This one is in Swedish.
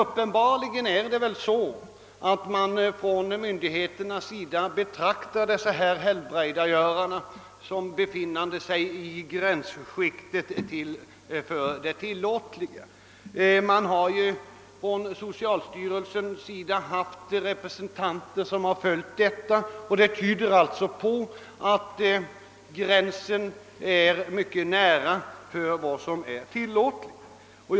Uppenbarligen betraktar emellertid myndigheterna dessa helbrägdagörare som befinnande sig i det tillåtligas gränsskikt. Representanter för socialstyrelsen har ju följt verksamheten, och det tyder på att den ligger mycket nära gränsen för vad som kan tillåtas.